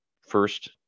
first